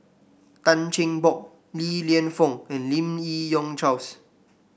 Tan Cheng Bock Li Lienfung and Lim Yi Yong Charles